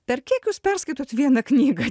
per kiek jūs perskaitote vieną knygą